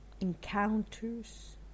encounters